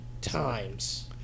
times